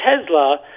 Tesla